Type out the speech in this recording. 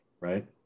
Right